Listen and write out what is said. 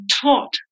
taught